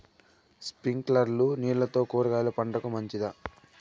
స్ప్రింక్లర్లు నీళ్లతో కూరగాయల పంటకు మంచిదా?